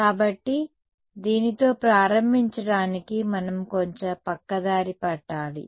కాబట్టి దీనితో ప్రారంభించడానికి మనం కొంచెం పక్కదారి పట్టాలి